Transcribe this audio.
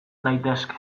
daitezke